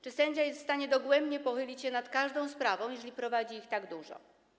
Czy sędzia jest w stanie dogłębnie pochylić się nad każdą sprawą, jeżeli prowadzi ich tak dużo?